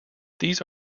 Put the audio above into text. these